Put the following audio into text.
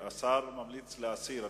השר ממליץ להסיר.